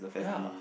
ya